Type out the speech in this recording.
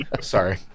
Sorry